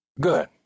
Good